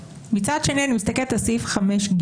מצד שני אני מסתכלת על סעיף 5(ג),